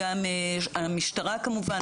המשטרה כמובן,